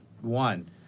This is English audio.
one